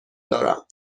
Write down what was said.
دارم